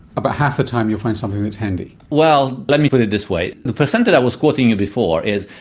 about half the time you'll find something that's handy. well, let me put it this way the per cent that i was quoting you before is,